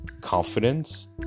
confidence